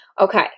Okay